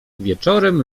wieczorem